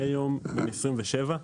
אני היום בן 27,